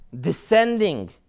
descending